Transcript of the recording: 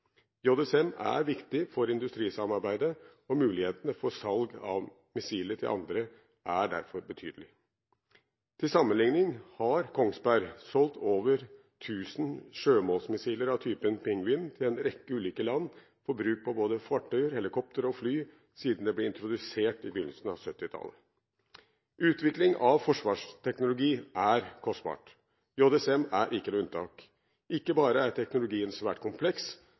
levetiden. JSM er viktig for industrisamarbeidet, og mulighetene for salg av missilet til andre er derfor betydelige. Til sammenligning har Kongsberg solgt over 1 000 sjømålsmissiler av typen Penguin til en rekke ulike land for bruk på både fartøyer, helikoptre og fly siden det ble introdusert på begynnelsen av 1970-tallet. Utvikling av forsvarsteknologi er kostbart, og JSM er ikke noe unntak. Ikke bare er teknologien svært kompleks